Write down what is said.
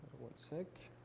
one sec.